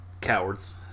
Cowards